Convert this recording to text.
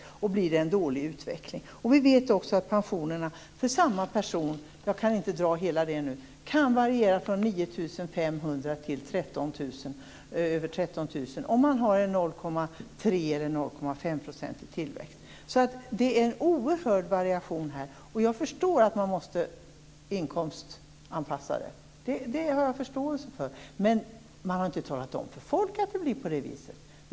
Dessutom kan det bli en dålig utveckling. Vi vet också att pensionerna för en och samma person - jag kan inte dra allt det nu - kan variera mellan 9 500 och över 13 000 kr vid en tillväxt om 0,3 % eller 0,5 %. Det är alltså en oerhörd variation här. Jag har förståelse för att man måste inkomstanpassa men man har inte talat om för folk att det blir på det viset.